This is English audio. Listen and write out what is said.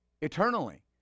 Eternally